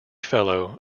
fellow